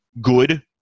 good